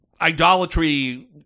idolatry